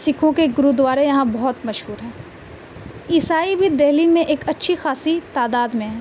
سکھوں کے گرودوارے یہاں بہت مشہور ہیں عیسائی بھی دہلی میں ایک اچھی خاصی تعداد میں ہیں